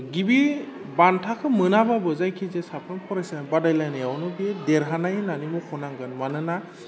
गिबि बान्थाखौ मोनाबाबो जायखिजाया साफ्रोम फरायसाया बादायलायनायावनो बे देरहानाय होन्नानै मख'नांगोन मानोना